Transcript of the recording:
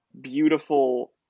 beautiful